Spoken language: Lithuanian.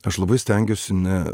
aš labai stengiuosi ne